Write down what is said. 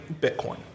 Bitcoin